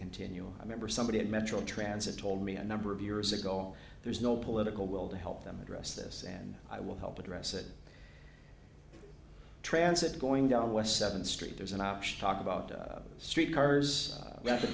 continue i member somebody at metro transit told me a number of years ago there's no political will to help them address this and i will help address it transit going down west seventh street there's an option talk about street cars